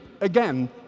again